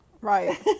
Right